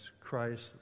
Christ